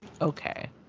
Okay